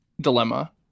dilemma